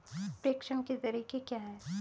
प्रेषण के तरीके क्या हैं?